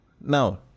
Now